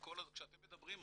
כשאתם מדברים,